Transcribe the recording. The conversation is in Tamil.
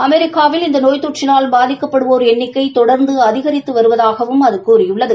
அமெரிக்காவில் இந்த நோய் தொற்றினால் பாதிக்கப்படுவோர் எண்ணிக்கை தொடர்ந்து அதிகித்து வருவதாகவும் அது கூறியுள்ளது